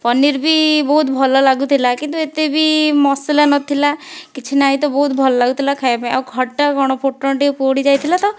ପନିର ବି ବହୁତ ଭଲ ଲାଗୁଥିଲା କିନ୍ତୁ ଏତେ ବି ମସଲା ନଥିଲା କିଛି ନାହିଁ ତ ବହୁତ ଭଲ ଲାଗୁଥିଲା ଖାଇବା ପାଇଁ ଆଉ ଖଟା କ'ଣ ଫୁଟଣ ଟିକେ ପୋଡ଼ି ଯାଇଥିଲା ତ